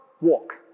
walk